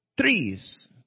trees